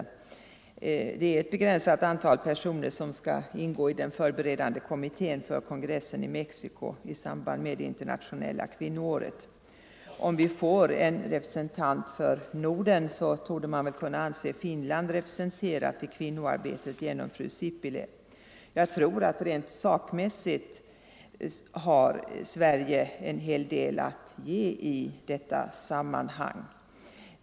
Det är bara ett begränsat antal personer — 18 stycken — som skall ingå i den förberedande kommittén inför den internationella kongressen i Mexico i samband med internationella kvinnoåret, Om vi får en gemensam representant för Norden, torde man väl kunna anse Finland representerat i kvinnoarbetet genom fru Sipilä. Jag tror att Sverige rent sakligt har en hel del att ge i detta sammanhang.